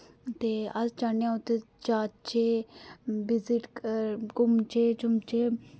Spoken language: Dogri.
ते अस चाह्न्ने आं उत्थै जाह्चै विजिट घूमचै झैमचे